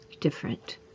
different